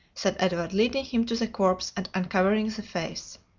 said edward, leading him to the corpse, and uncovering the face.